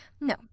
no